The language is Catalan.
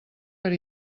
per